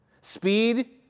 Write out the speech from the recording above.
Speed